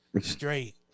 straight